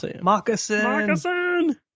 moccasin